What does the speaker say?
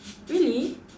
really